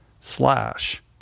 slash